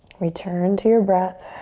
return to your breath.